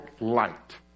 light